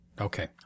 Okay